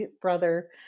brother